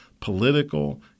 political